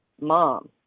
mom